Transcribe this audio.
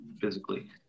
physically